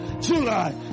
July